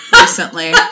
recently